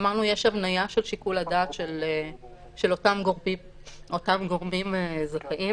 אמרנו: יש הבניה של שיקול הדעת של אותם גורמים זכאים,